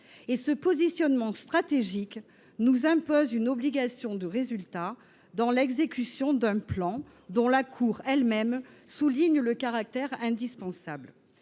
Ce positionnement stratégique nous impose une obligation de résultat dans l’exécution d’un plan dont la Cour des comptes elle même souligne le caractère indispensable.